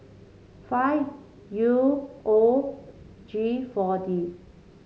five U O G four D